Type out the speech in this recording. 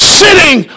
sitting